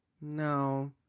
No